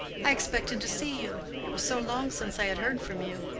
i expected to see you it was so long since i had heard from you.